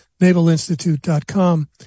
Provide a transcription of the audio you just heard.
navalinstitute.com